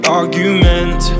argument